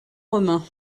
romain